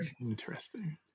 interesting